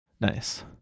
Nice